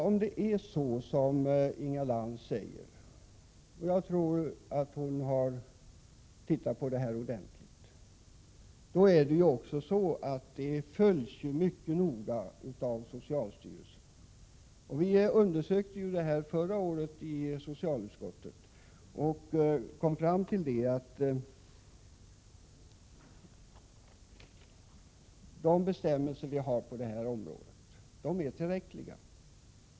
Om det är som Inga Lantz säger, och jag tror att hon har undersökt detta ordentligt, så följs detta mycket noggrant av socialstyrelsen. Förra året undersökte vi detta i socialutskottet, och vi kom fram till att de bestämmelser som vi har på detta område är tillräckliga.